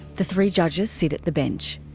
the three judges sit at the bench.